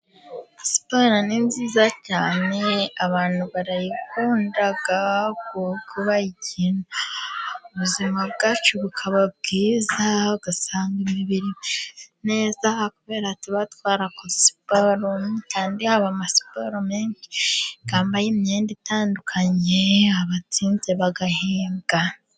Siporo ni nziza cyane abantu barayikunda, kuko bayikina ubuzima bwacu bukaba bwiza, ugasanga imibiri imeze neza kubera tuba twarakoze siporo. Kandi haba amasiporo menshi, bambaye imyenda itandukanye, abatsinze bagahembwa.